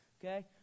okay